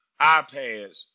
iPads